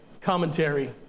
commentary